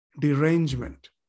derangement